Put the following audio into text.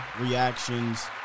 reactions